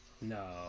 No